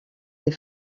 des